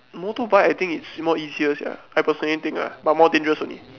motorbike I think it's more easier sia I personally think ah but more dangerous only